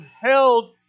held